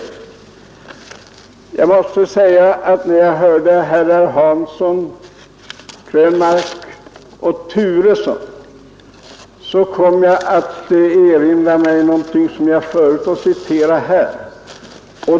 När jag hörde herr Hansson i Skegrie, herr Krönmark och herr Turesson kom jag att erinra mig något som jag förut har citerat här.